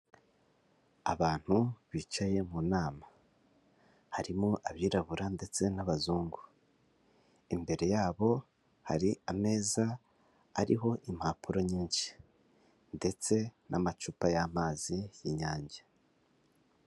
Abantu bicaye mu nama harimo abirabura ndetse n'abazungu, imbere yabo hari ameza ariho impapuro nyinshi ndetse n'amacupa y'amazi y'Inyange.